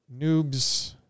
Noobs